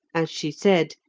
as she said,